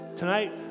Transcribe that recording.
Tonight